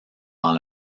dans